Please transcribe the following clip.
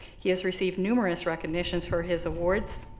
he has received numerous recognitions for his awards,